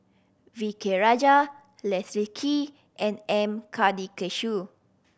V K Rajah Leslie Kee and M Karthigesu